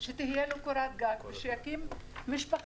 שתהיה לו קורת גג ושהוא יקים משפחה,